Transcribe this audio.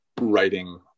writing